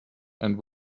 and